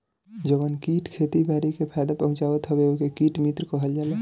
जवन कीट खेती बारी के फायदा पहुँचावत हवे ओके कीट मित्र कहल जाला